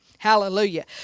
hallelujah